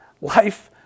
life